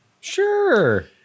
Sure